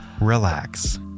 relax